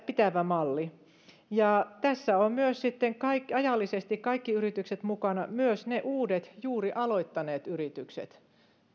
pitävä malli ja tässä ovat myös ajallisesti kaikki yritykset mukana myös ne uudet juuri aloittaneet yritykset